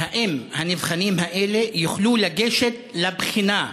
האם הנבחנים האלה יוכלו לגשת לבחינה,